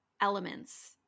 elements